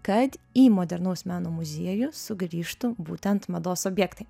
kad į modernaus meno muziejų sugrįžtų būtent mados objektai